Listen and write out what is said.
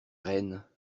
rennes